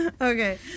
Okay